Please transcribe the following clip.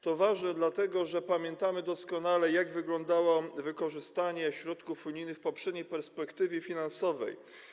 To ważne dlatego, że pamiętamy doskonale, jak wyglądało wykorzystanie środków unijnych w poprzedniej perspektywie finansowej.